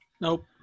Nope